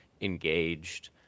engaged